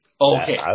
Okay